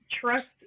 trust